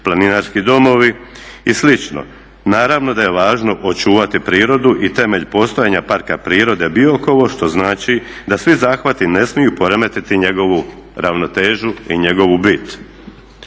planinarski domovi i slično. Naravno da je važno očuvati prirodu i temelj postojanja Parka prirode Biokovo što znači da svi zahvati ne mogu poremetiti njegovu ravnotežu i njegovu bit.